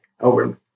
over